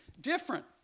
different